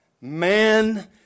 man